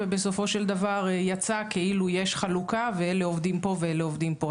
ובסופו של דבר יצא כאילו יש חלוקה ואלה עובדים פה ואלה עובדים פה.